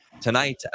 Tonight